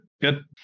good